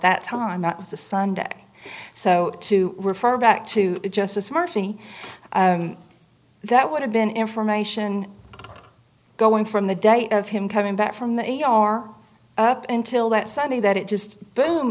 that time it was a sunday so to refer back to justice murphy that would have been information going from the date of him coming back from the e r up until that sunday that it just boom